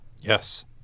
Yes